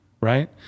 Right